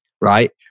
right